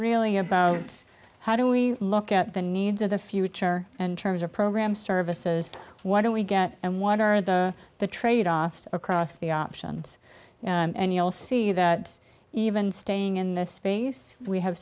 really about how do we look at the needs of the future and terms of program services what do we get and what are the trade offs across the options and you'll see that even staying in this space we have